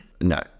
No